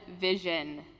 vision